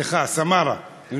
סמארה.